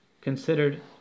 considered